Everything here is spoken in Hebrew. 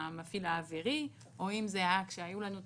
המפעיל האווירי או אם זה כשהיו לנו תקנות,